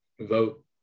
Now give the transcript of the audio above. vote